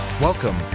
Welcome